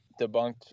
debunked